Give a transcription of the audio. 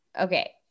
Okay